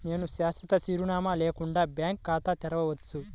నేను శాశ్వత చిరునామా లేకుండా బ్యాంక్ ఖాతా తెరవచ్చా?